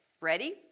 Ready